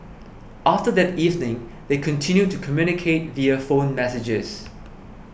after that evening they continued to communicate via phone messages